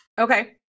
okay